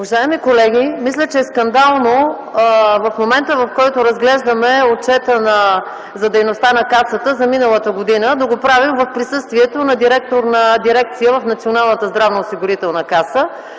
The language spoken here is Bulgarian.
Уважаеми колеги, мисля, че е скандално в момента, в който разглеждаме Отчета за дейността на Касата за миналата година, да го правим в присъствието на директор на дирекция в Националната здравноосигурителна каса.